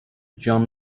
john